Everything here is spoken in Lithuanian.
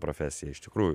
profesija iš tikrųjų